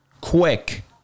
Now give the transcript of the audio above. Quick